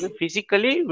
physically